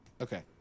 Okay